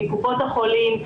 קופות החולים,